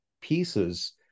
pieces